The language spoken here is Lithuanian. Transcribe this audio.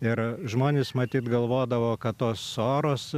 ir žmonės matyt galvodavo kad tos soros